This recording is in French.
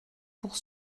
pour